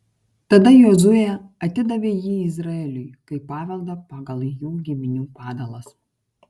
tada jozuė atidavė jį izraeliui kaip paveldą pagal jų giminių padalas